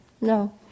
No